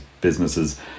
businesses